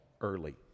early